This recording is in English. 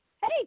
Hey